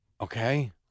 Okay